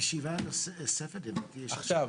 הישיבה ננעלה בשעה